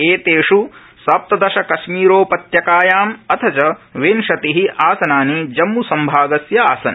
एतेष् सप्तदश कश्मीरोपत्यकायां अथ विंशति आसनानि जम्मूसंभागस्य आसन्